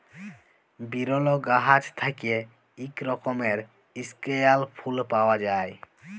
বিরল গাহাচ থ্যাইকে ইক রকমের ইস্কেয়াল ফুল পাউয়া যায়